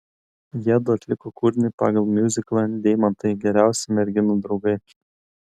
jiedu atliko kūrinį pagal miuziklą deimantai geriausi merginų draugai